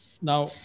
Now